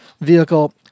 vehicle